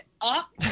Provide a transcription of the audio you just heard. up